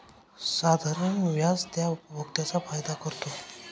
साधारण व्याज त्या उपभोक्त्यांचा फायदा करतो